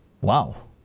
Wow